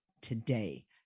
today